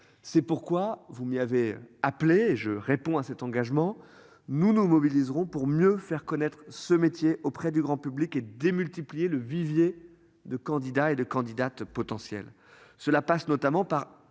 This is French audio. C'est pourquoi vous m'y avait appelé je réponds à cet engagement nous nous mobiliserons pour mieux faire connaître ce métier auprès du grand public est démultiplié le vivier de candidats et de candidates potentielles. Cela passe notamment par